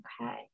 Okay